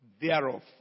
thereof